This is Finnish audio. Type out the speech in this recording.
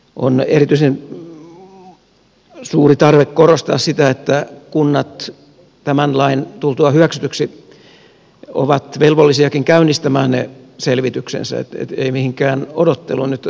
on erityisen suuri tarve korostaa sitä että kunnat tämän lain tultua hyväksytyksi ovat velvollisiakin käynnistämään selvityksensä ryti ei niinkään odottelun etu